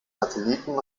satelliten